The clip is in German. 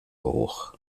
hoch